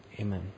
amen